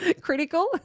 critical